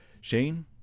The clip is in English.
Shane